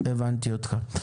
הבנתי אותך.